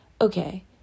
okay